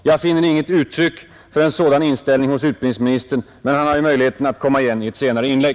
Jag finner inget uttryck för en sådan inställning hos utbildningsministern men han har ju möjligheten att komma igen i ett senare inlägg.